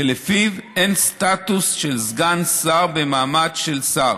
ולפיו אין סטטוס של סגן שר במעמד שר,